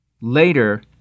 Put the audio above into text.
later